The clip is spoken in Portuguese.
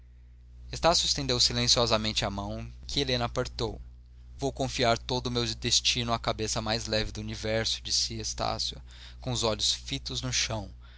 palavra estácio estendeu silenciosamente a mão que helena apertou vou confiar todo o meu destino à cabeça mais leve do universo disse estácio com os olhos fitos no chão